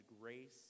grace